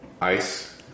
ice